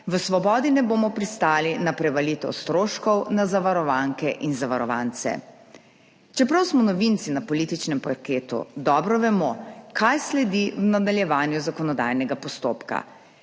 v Svobodi ne bomo pristali na prevalitev stroškov na zavarovanke in zavarovance. Čeprav smo novinci na političnem parketu, dobro vemo, kaj sledi v nadaljevanju zakonodajnega postopka.